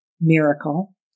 miracle